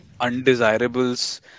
undesirables